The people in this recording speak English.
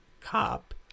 cop